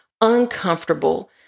uncomfortable